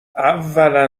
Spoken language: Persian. اولا